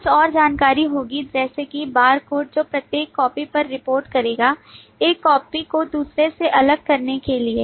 तो कुछ और जानकारी होगी जैसे कि बारकोड जो प्रत्येक कॉपी पर रिपोर्ट करेगा एक कॉपी को दूसरे से अलग करने के लिए